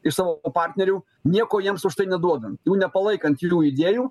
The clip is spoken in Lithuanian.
iš savo partnerių nieko jiems už tai neduodant jų nepalaikant jų idėjų